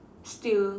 still